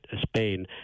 Spain